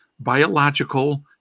Biological